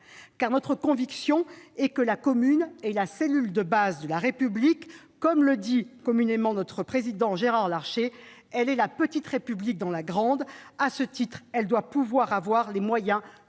notre conviction est que la commune est la cellule de base de la République. Comme le souligne régulièrement notre président Gérard Larcher, elle est « la petite République dans la grande ». À ce titre, elle doit pouvoir avoir les moyens de